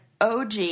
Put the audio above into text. OG